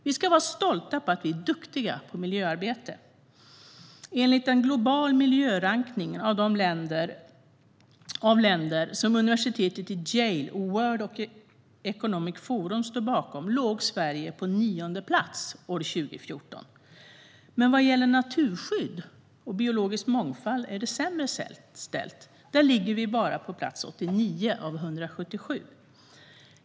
Vi ska vara stolta över att vi är duktiga på miljöarbete. Enligt en global miljörankning av länder, vilken Universitetet i Yale och World Economic Forum står bakom, låg Sverige på nionde plats år 2014. Men vad gäller naturskydd och biologisk mångfald är det sämre ställt. Där ligger vi bara på plats 89 av 177.